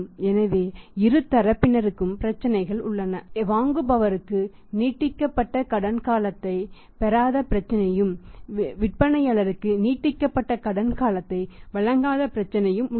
எனவே இரு தரப்பினருக்கும் பிரச்சினைகள் உள்ளன வாங்குபவருக்கு நீட்டிக்கப்பட்ட கடன் காலத்தைப் பெறாத பிரச்சினையும் விற்பனையாளருக்கு நீட்டிக்கப்பட்ட கடன் காலத்தை வழங்காத பிரச்சினையும் உள்ளது